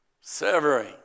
severing